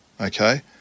Okay